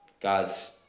God's